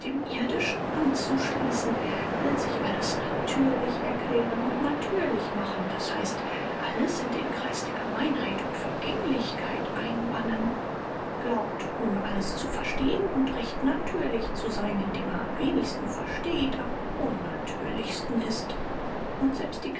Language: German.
dem irdischen anzuschließen will sich alles natürlich erklären und natürlich machen das heißt alles in den kreis der gemeinheit und vergänglichkeit einbannen glaubt nun alles zu verstehen und recht natürlich zu sein indem er am wenigsten versteht am unnatürlichsten ist und selbst die